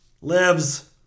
Lives